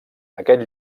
aquest